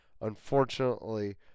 unfortunately